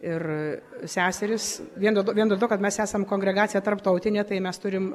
ir seserys vien dėl to vien dėl to kad mes esam kongregacija tarptautinė tai mes turim